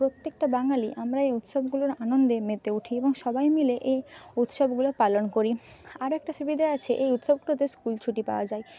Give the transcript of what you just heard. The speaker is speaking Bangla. প্রত্যেকটা বাঙালি আমরা এই উৎসবগুলোর আনন্দে মেতে উঠি এবং সবাই মিলে এই উৎসবগুলো পালন করি আরও একটা সুবিধে আছে এই উৎসব স্কুল ছুটি পাওয়া যায়